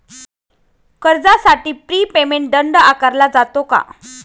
कर्जासाठी pre payment दंड आकारला जातो का?